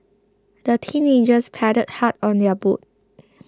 the teenagers paddled hard on their boat